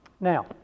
Now